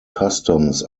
customs